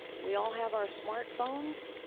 we all have our smart phones?